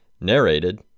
narrated